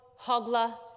Hogla